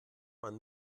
man